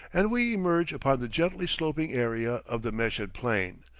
and we emerge upon the gently sloping area of the meshed plain,